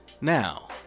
Now